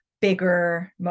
bigger